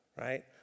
right